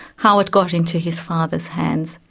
how it got into his father's hands,